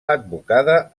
advocada